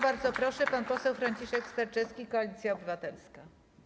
Bardzo proszę, pan poseł Franciszek Sterczewski, Koalicja Obywatelska.